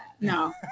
No